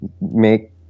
make